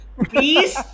Please